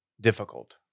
difficult